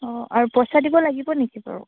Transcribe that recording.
অঁ আৰু পইচা দিব লাগিব নেকি বাৰু